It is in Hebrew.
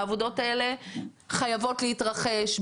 העבודות האלה חייבות להתרחש,